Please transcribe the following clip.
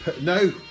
no